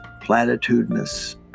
platitudinous